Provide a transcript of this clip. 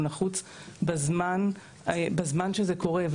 הוא נחוץ בזמן שזה קורה.